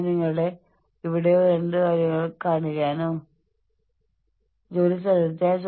നമുക്ക് പതിവായി ഉചിതമായ ഫീഡ്ബാക്ക് നൽകാനുള്ള പ്രതിജ്ഞാബദ്ധത ഉണ്ടാക്കാം